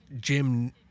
Jim